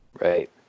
Right